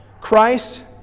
Christ